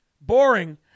boring